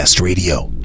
radio